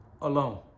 alone